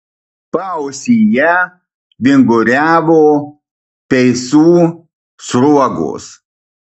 paausyje vinguriavo peisų sruogos